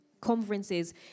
conferences